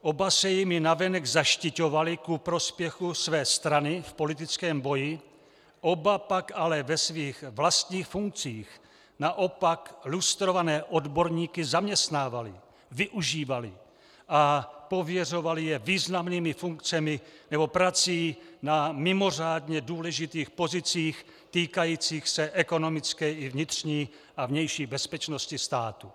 Oba se jimi navenek zaštiťovali ku prospěchu své strany v politickém boji, oba pak ale ve svých vlastních funkcích naopak lustrované odborníky zaměstnávali, využívali a pověřovali je významnými funkcemi nebo prací na mimořádně důležitých pozicích týkajících se ekonomické i vnitřní a vnější bezpečnosti státu.